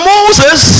Moses